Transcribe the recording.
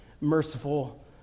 merciful